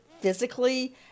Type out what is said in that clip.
physically